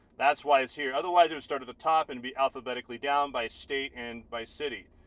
that's why it's here otherwise it would start at the top and be alphabetically down by state and by city,